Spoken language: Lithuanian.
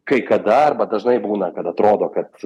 kai kada arba dažnai būna kad atrodo kad